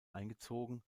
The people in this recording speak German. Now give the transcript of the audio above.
eingezogen